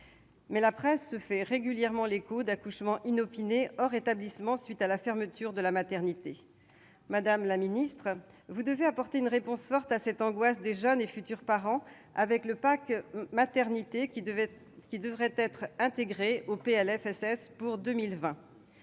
Mais la presse se fait régulièrement l'écho d'accouchements inopinés hors établissement à la suite de la fermeture d'une maternité. Madame la ministre, vous devez apporter une réponse forte à cette angoisse des jeunes et futurs parents avec le « pack maternité », qui devrait être intégré au projet